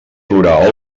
plorar